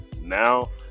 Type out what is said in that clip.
now